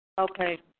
Okay